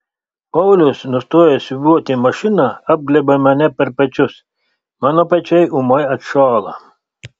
paulius nustojęs siūbuoti mašiną apglėbia mane per pečius mano pečiai ūmai atšąla